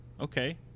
okay